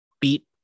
beat